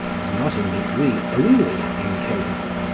and not in degree only incapable,